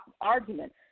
argument